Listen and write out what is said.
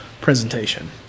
presentation